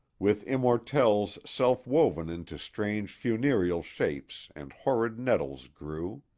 with immortelles self-woven into strange funereal shapes, and horrid nettles grew.